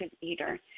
eater